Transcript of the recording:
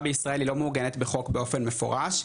בישראל היא לא מעוגנת בחוק באופן מפורש,